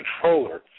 controller